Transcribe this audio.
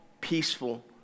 peaceful